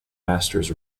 masters